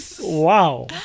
Wow